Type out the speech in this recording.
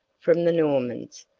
from the normans,